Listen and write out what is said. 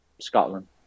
Scotland